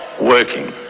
working